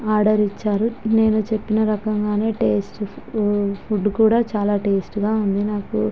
order ఇచ్చారు నేను చెప్పిన రకంగానే టేస్ట్ ఫుడ్ కూడా చాలా టేస్టీగా ఉంది నాకు